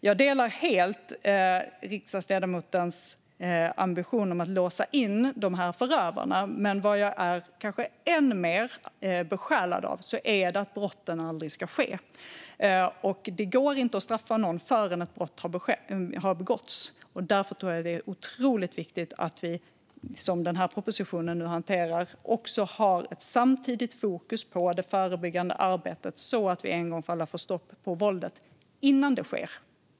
Jag delar helt riksdagsledamotens ambition om att låsa in förövarna, men det som jag kanske är ännu mer besjälad av är att brotten aldrig ska ske. Det går inte att straffa någon förrän ett brott har begåtts, och därför tror jag att det är otroligt viktigt att vi, vilket nu hanteras i den här propositionen, också har ett samtidigt fokus på det förebyggande arbetet så att vi en gång för alla får stopp på våldet innan det sker.